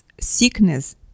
sickness